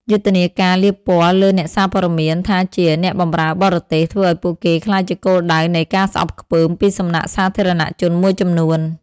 យុទ្ធនាការលាបពណ៌លើអ្នកសារព័ត៌មានថាជា "អ្នកបម្រើបរទេស" ធ្វើឱ្យពួកគេក្លាយជាគោលដៅនៃការស្អប់ខ្ពើមពីសំណាក់សាធារណជនមួយចំនួន។